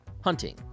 hunting